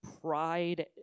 pride